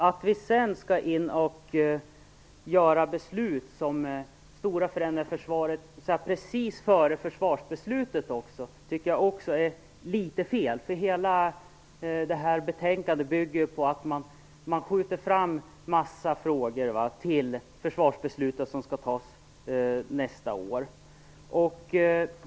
Att fatta beslut om stora förändringar i försvaret precis före ett försvarsbeslut tycker jag är fel. Hela betänkandet bygger på att man skjuter fram en massa frågor till det försvarsbeslut som skall fattas nästa år.